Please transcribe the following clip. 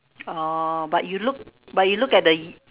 oh but you look but you look at the